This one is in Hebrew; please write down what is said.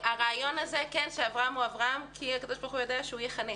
הרעיון הוא שאברהם הוא אברהם כי הקדוש ברוך הוא ידע שהוא יחנך,